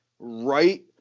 right